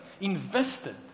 invested